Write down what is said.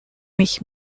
mich